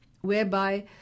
whereby